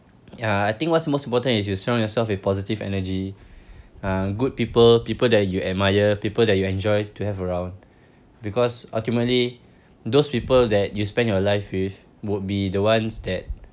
ya I think what's most important is you surround yourself with positive energy uh good people people that you admire people that you enjoy to have around because ultimately those people that you spend your life with would be the ones that